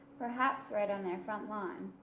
perhaps right on their front lawn.